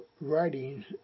writing